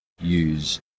use